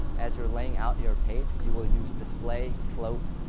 as you're laying out your page, you will use display, float,